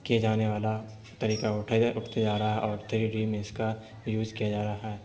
کیے جانے والا طریقہ اٹھے اٹھتے جا رہا ہے اور تھری ڈی میں اس کا یوز کیا جا رہا ہے